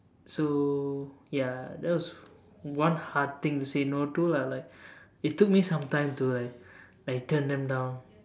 so ya that was one hard thing to say no to lah like it took me some time to like like turn them down